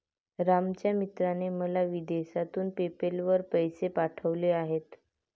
रामच्या मित्राने मला विदेशातून पेपैल वर पैसे पाठवले आहेत